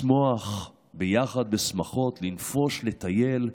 לשמוח ביחד בשמחות, לנפוש, לטייל,